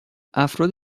افراد